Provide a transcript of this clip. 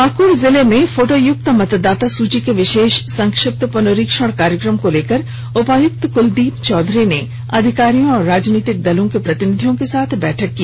पाकुड़ जिले में फोटोयुक्त मतदाता सूची के विशेष संक्षिप्त पुनरीक्षण कार्यक्रम को लेकर उपायुक्त क्लदीप चौधरी ने अधिकारियों और राजनीतिक दलों के प्रतिनिधियों के साथ बैठक की